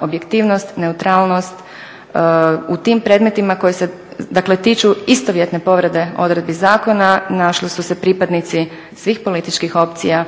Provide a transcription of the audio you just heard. objektivnost, neutralnost u tim predmetima koji se dakle tiču istovjetne povrede odredbi zakona našli su se pripadnici svih političkih opcija